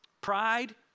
Pride